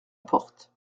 porte